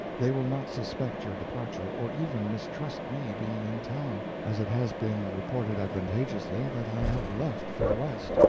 they will not suspect your departure, or even mistrust me being in town, as it has been reported advantageously that i have left for the west.